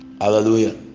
hallelujah